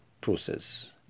process